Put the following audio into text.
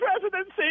presidency